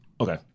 Okay